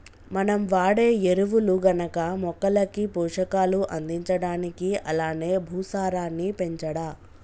మనం వాడే ఎరువులు గనక మొక్కలకి పోషకాలు అందించడానికి అలానే భూసారాన్ని పెంచడా